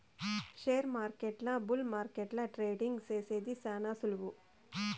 షేర్మార్కెట్ల బుల్ మార్కెట్ల ట్రేడింగ్ సేసేది శాన సులువు